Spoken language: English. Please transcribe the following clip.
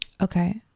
Okay